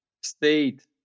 state